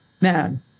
man